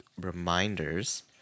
reminders